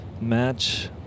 match